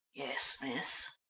yes, miss,